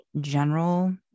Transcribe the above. general